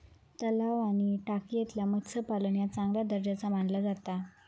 तलाव आणि टाकयेतला मत्स्यपालन ह्या चांगल्या दर्जाचा मानला जाता